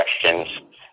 questions